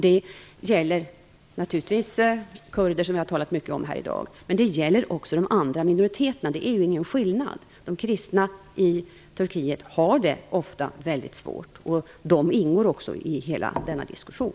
Det gäller naturligtvis kurder, som vi har talat mycket om här i dag, men det gäller också de andra minoriteterna. Det är ingen skillnad. De kristna i Turkiet har det ofta väldigt svårt. De ingår också i denna diskussion.